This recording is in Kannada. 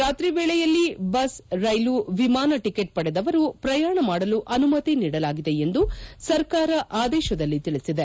ರಾತ್ರಿ ವೇಳೆಯಲ್ಲಿ ಬಸ್ ರೈಲು ವಿಮಾನ ಟಿಕೆಟ್ ಪಡೆದವರು ಪ್ರಯಾಣ ಮಾಡಲು ಅನುಮತಿ ನೀಡಲಾಗಿದೆ ಎಂದು ಸರ್ಕಾರ ಆದೇಶದಲ್ಲಿ ತಿಳಿಸಿದೆ